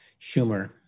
Schumer